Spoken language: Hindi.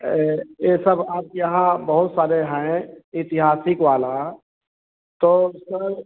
अये ये सब आपके यहाँ बहुत सारे हैं ऐतिहासिक वाला तो सर